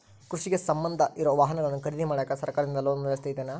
ಕೃಷಿಗೆ ಸಂಬಂಧ ಇರೊ ವಾಹನಗಳನ್ನು ಖರೇದಿ ಮಾಡಾಕ ಸರಕಾರದಿಂದ ಲೋನ್ ವ್ಯವಸ್ಥೆ ಇದೆನಾ?